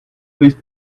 please